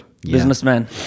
businessman